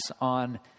on